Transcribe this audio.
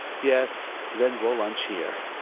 yes, then we'll lunch here.